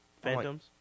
Phantoms